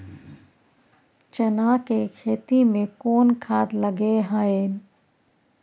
चना के खेती में कोन खाद लगे हैं?